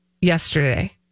yesterday